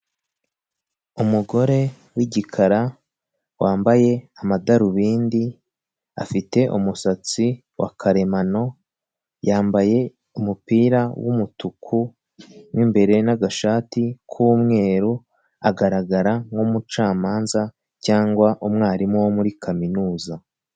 Umugore w'igikara, wambaye amadarubindi, afite umusatsi wa karemano, yambaye umupira w'umutuku w'imbere n'agashati k'umweru, agaragara nk'umucamanza cyangwa umwarimu wo muri kaminuza.